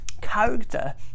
Character